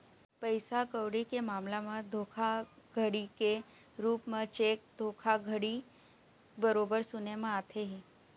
पइसा कउड़ी के मामला म धोखाघड़ी के रुप म चेक धोखाघड़ी बरोबर सुने म आथे ही